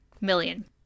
million